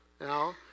Now